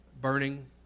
burning